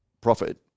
Profit